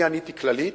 אני עניתי כללית.